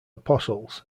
apostles